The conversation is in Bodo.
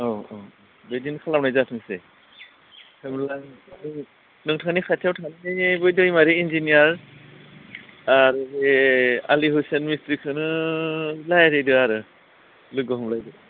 औ औ बिदिनो खालामनाय जाथोंसै नोंथांनि खाथियाव थानाय बै दैमारी इन्जिनियार आह बे आलि हुसेन मिस्ट्रिखौनो रायलायदो आरो लोगो हमलायदो